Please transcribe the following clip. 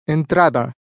Entrada